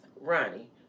Ronnie